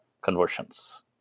conversions